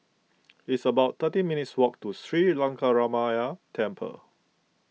it's about thirteen minutes' walk to Sri Lankaramaya Temple